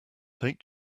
take